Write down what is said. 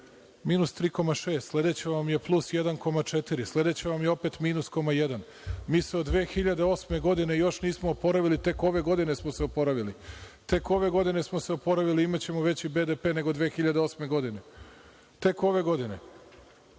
minus 3,6, sledeća vam je plus 1,4, sledeća vam je opet minus koma jedan, mi se od 2008. godine još nismo oporavili tek ove godine smo se oporavili. Tek ove godine smo se oporavili, imaćemo veći BDP, nego 2008. godine. Tek ove godine. Vi